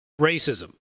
racism